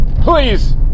please